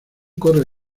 corre